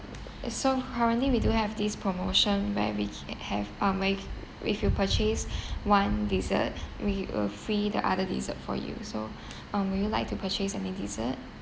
it so currently we do have this promotion beverage can have uh when if you purchase one desert we will free the other desert for you so um would you like to purchase any dessert